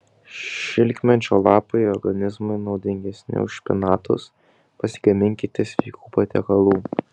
šilkmedžio lapai organizmui naudingesni už špinatus pasigaminkite sveikų patiekalų